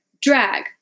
drag